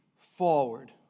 forward